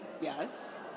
Yes